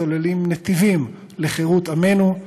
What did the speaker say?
סוללים נתיבים לחירות עמנו,